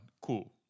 cool